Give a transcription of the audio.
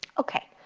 okay,